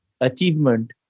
achievement